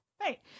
Right